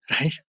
right